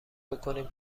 بکنیم